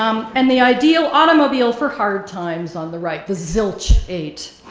um and the ideal automobile for hard times, on the right, the zilch eight.